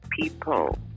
people